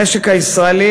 המשק הישראלי,